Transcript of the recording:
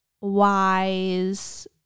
wise